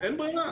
אין ברירה.